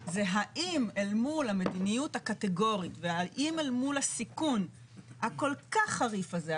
זה האם אל מול המדיניות הקטגורית והאם אל מול הסיכון הכול כך חריף הזה,